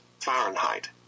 Fahrenheit